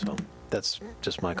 so that's just my